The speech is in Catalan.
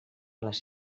les